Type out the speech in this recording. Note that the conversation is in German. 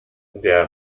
der